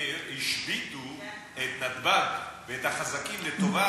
עמיר השביתו את נתב"ג ואת החזקים לטובת,